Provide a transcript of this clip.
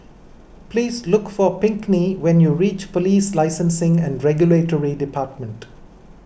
please look for Pinkney when you reach Police Licensing and Regulatory Department